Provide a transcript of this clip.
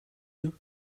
you